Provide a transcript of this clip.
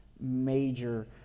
major